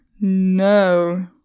no